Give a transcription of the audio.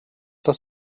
das